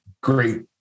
great